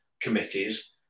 committees